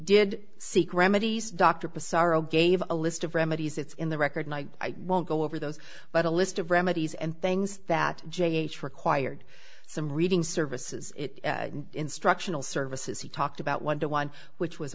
did seek remedies dr presario gave a list of remedies it's in the record and i won't go over those but a list of remedies and things that j h required some reading services instructional services he talked about one to one which was